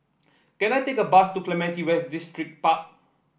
can I take a bus to Clementi West Distripark